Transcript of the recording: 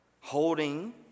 holding